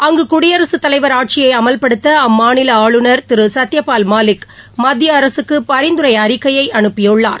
அங்கு குடியரசுத் தலைவா் ஆட்சியை அமல்படுத்த அம்மாநில ஆளுநர் திரு சத்யபால் மாலிக் மத்திய அரசுக்கு பரிந்துரை அறிக்கையை அனுப்பியுள்ளார்